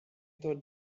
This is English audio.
thought